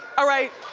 all right,